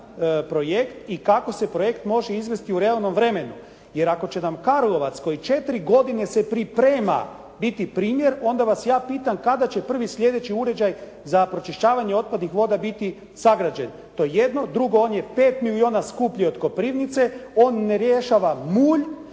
projekt i kako se projekt može izvesti u realnom vremenu jer ako će nam Karlovac koji 4 godine se priprema biti primjer, onda vas ja pitam kada će prvi sljedeći uređaj za pročišćavanje otpadnih voda biti sagrađen. To je jedno. Drugo, on je 5 milijuna skuplji od Koprivnice, on ne rješava mulj